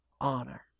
honor